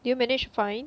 did you manage to find